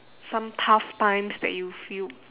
some tough times that you feel uh